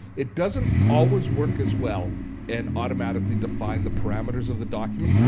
it doesn't always work as well and automatically define the parameters of the document.